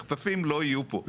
מחטפים לא יהיו פה.